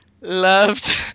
loved